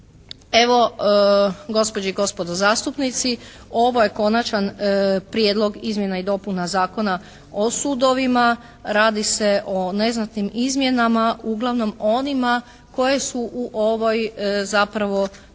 Evo, gospođe i gospodo zastupnici, ovo je Konačan prijedlog izmjena i dopuna Zakona o sudovima. Radi se o neznatnim izmjenama, uglavnom onima koje su u ovoj zapravo